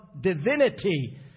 divinity